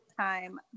Time